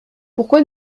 pourquoi